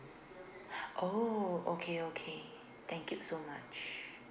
oh okay okay thank you so much